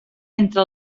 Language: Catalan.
entre